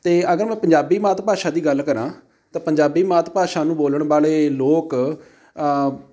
ਅਤੇ ਅਗਰ ਮੈਂ ਪੰਜਾਬੀ ਮਾਤ ਭਾਸ਼ਾ ਦੀ ਗੱਲ ਕਰਾਂ ਤਾਂ ਪੰਜਾਬੀ ਮਾਤ ਭਾਸ਼ਾ ਨੂੰ ਬੋਲਣ ਵਾਲੇ ਲੋਕ